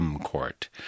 Court